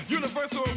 universal